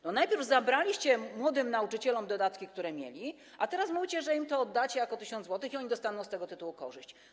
Najpierw zabraliście młodym nauczycielom dodatki, które mieli, a teraz mówicie, że im to oddacie jako 1000 zł i oni odniosą z tego tyłu korzyść.